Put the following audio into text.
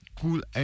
Cool